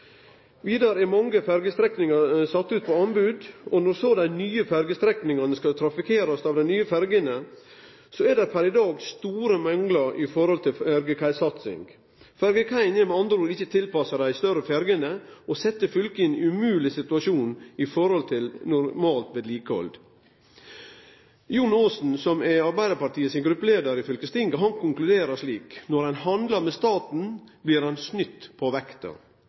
Vidare er mange ferjestrekningar sette ut på anbod, og når så dei nye ferjestrekningane skal trafikkerast av dei nye ferjene, er det per i dag store manglar når det gjeld ferjekaisatsing. Ferjekaiene er med andre ord ikkje tilpassa dei større ferjene og set fylket i ein umogleg situasjon når det gjeld normalt vedlikehald. Jon Aasen, som er Arbeidarpartiet sin gruppeleiar i fylkestinget, konkluderer slik: Når ein handlar med staten, blir ein snytt på